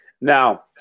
Now